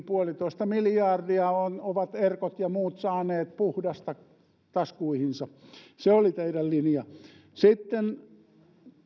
puolitoista miljardia ovat erkot ja muut saaneet puhdasta taskuihinsa se oli teidän linjanne sitten